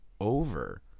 over